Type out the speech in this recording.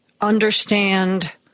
understand